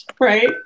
right